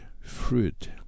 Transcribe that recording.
fruit